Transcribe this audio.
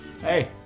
Hey